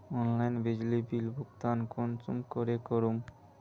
Online बिजली bill भुगतान कुंसम करे करूम?